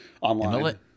online